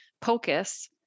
POCUS